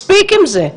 מספיק עם זה.